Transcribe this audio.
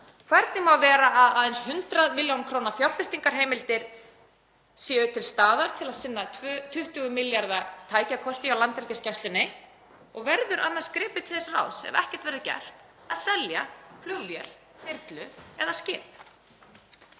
Hvernig má vera að aðeins 100 millj. kr. fjárfestingarheimildir séu til staðar til að sinna 20 milljarða tækjakosti hjá Landhelgisgæslunni? Og verður annars gripið til þess ráðs, ef ekkert verður að gert, að selja flugvél, þyrlu eða skip?